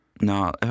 No